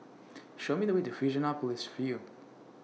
Show Me The Way to Fusionopolis View